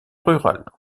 rural